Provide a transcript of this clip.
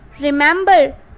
remember